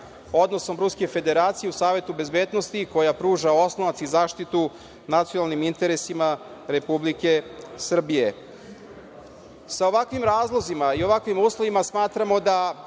odnosom Ruske Federacije u Savetu bezbednosti koja pruža oslonac i zaštitu nacionalnim interesima Republike Srbije. Sa ovakvim razlozima i ovakvim uslovima smatramo da